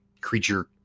creature